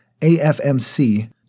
AFMC